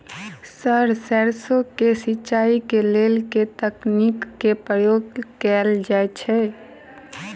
Sir सैरसो केँ सिचाई केँ लेल केँ तकनीक केँ प्रयोग कैल जाएँ छैय?